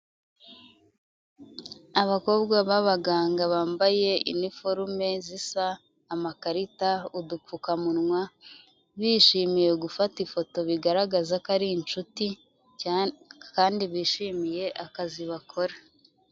Abakobwa b'abaganga bambaye iniforume zisa, amakarita, udupfukamunwa bishimiye gufata ifoto bigaragaza ko ari inshuti cyane kandi bishimiye akazi bakora.